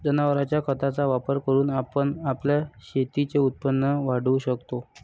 जनावरांच्या खताचा वापर करून आपण आपल्या शेतीचे उत्पन्न वाढवू शकतो